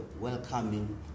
welcoming